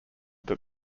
that